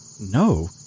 No